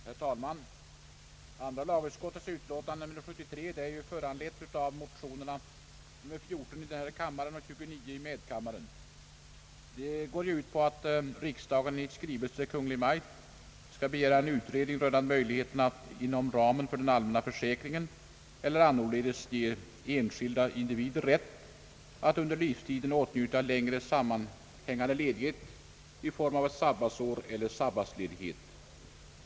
Herr talman! Andra lagutskottets utlåtande nr 73 är föranlett av motionerna nr 14 i denna kamare och 29 i medkammaren. De går ut på att riksdagen i skrivelse till Kungl. Maj:t skall begära en utredning rörande möjligheterna att inom ramen för den allmänna försäkringen eller annorledes ge enskilda individer rätt att under livstiden åtnjuta längre sammanhängande ledighet i form av sabbatsår eller sabbatsledighet.